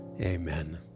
Amen